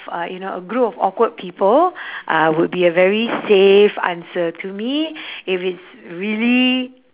uh you know a group of awkward people uh would be a very safe answer to me if it's really